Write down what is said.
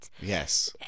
Yes